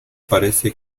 parece